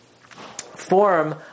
form